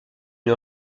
une